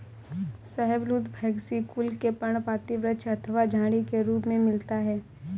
शाहबलूत फैगेसी कुल के पर्णपाती वृक्ष अथवा झाड़ी के रूप में मिलता है